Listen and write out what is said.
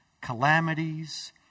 calamities